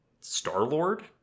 Star-Lord